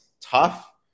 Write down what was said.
tough